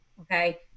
okay